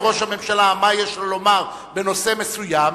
ראש הממשלה מה יש לו לומר בנושא מסוים,